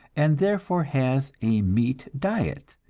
and therefore has a meat diet,